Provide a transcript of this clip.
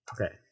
Okay